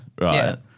right